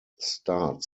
start